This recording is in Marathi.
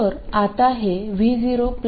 तर आता हे V0 v आहे